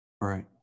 Right